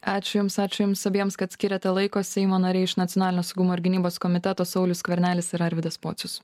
ačiū jums ačiū jums abiems kad skyrėte laiko seimo nariai iš nacionalinio saugumo ir gynybos komiteto saulius skvernelis ir arvydas pocius